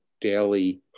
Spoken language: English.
daily